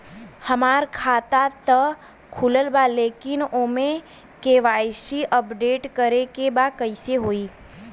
हमार खाता ता खुलल बा लेकिन ओमे के.वाइ.सी अपडेट करे के बा कइसे होई?